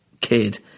kid